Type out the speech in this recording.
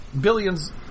Billions